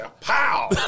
pow